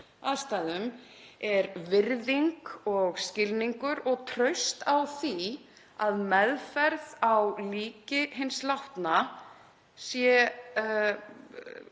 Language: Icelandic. aðstæðum er virðing og skilningur og traust á því að meðferð á líki hins látna sé